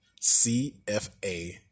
CFA